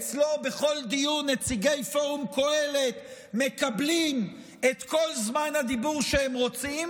אצלו בכל דיון נציגי פורום קהלת מקבלים את כל זמן הדיבור שהם רוצים,